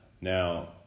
Now